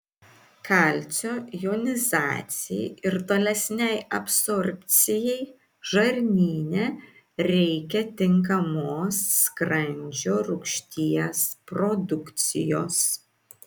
kalcio jonizacijai ir tolesnei absorbcijai žarnyne reikia tinkamos skrandžio rūgšties produkcijos